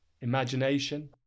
imagination